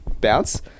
bounce